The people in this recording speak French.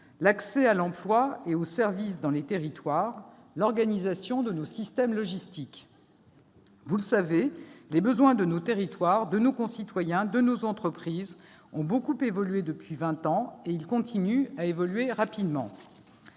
l'accès à l'emploi et aux services dans les territoires et l'organisation de nos systèmes logistiques. Comme vous le savez, les besoins de nos territoires, de nos concitoyens, de nos entreprises ont beaucoup évolué depuis vingt ans. Ils continuent à évoluer rapidement.